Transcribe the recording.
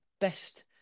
best